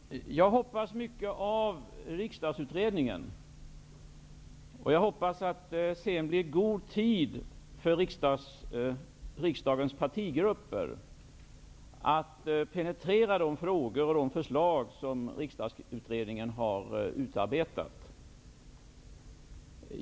Fru talman! Jag hoppas mycket av riksdagsutredningen, och jag hoppas att det sedan blir god tid för riksdagens partigrupper att penetrera de frågor och förslag som riksdagsutredningen har utarbetat.